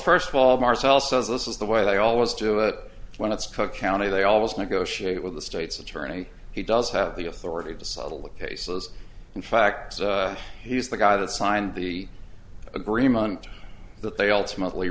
first of all marcel says this is the way they always do it when it's cook county they always negotiate with the state's attorney he does have the authority to settle the cases in fact he's the guy that signed the agreement that they ultimately